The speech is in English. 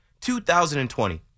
2020